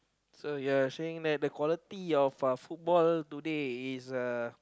so you're saying that the quality of football today is uh